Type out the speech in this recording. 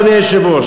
אדוני היושב-ראש,